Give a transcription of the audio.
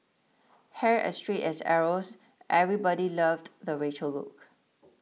hair as straight as arrows everybody loved the Rachel look